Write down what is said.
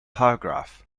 paragraph